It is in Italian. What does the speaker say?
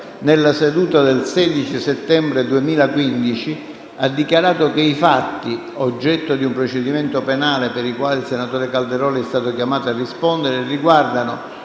nella seduta del 16 settembre 2015, ha dichiarato che i fatti, oggetto di un procedimento penale, per i quali il senatore Calderoli è stato chiamato a rispondere, riguardano